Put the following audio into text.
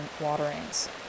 waterings